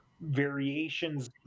variations